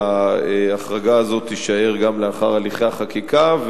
שההחרגה הזאת תישאר גם לאחר הליכי החקיקה,